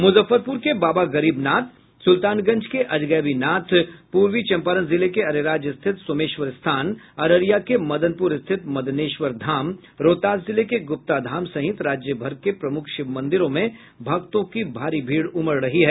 मुजफ्फरपुर के बाबा गरीबनाथ सुल्तानगंज के अजगैबीनाथ पूर्वी चंपारण जिले के अरेराज स्थित सोमेश्वर स्थान अररिया के मदनपुर स्थित मदनेश्वर धाम रोहतास जिले के गुप्ताधाम सहित राज्य भर के प्रमुख शिव मंदिरों में भक्तों की भारी भीड़ उमड़ रही है